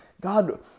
God